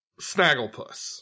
Snagglepuss